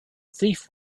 thief